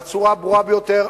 בצורה הברורה ביותר.